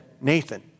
Nathan